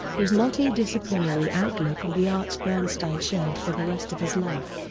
whose multidisciplinary outlook on the arts bernstein shared for the rest of his life.